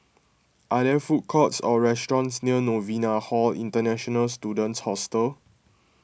are there food courts or restaurants near Novena Hall International Students Hostel